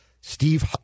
Steve